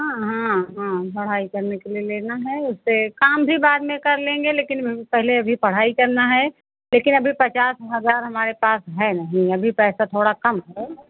हाँ हाँ हाँ पढ़ाई करने के लिए लेना है उसे काम भी बाद में कर लेंगे लेकिन पहले अभी पढ़ाई करना है लेकिन अभी पचास हजार हमारे पास है नहीं अभी पैसा थोड़ा कम है